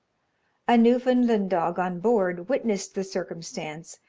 a newfoundland dog on board witnessed the circumstance,